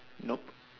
nope